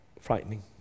frightening